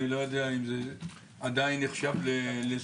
אני לא יודע אם זה עדיין נחשב לסביר.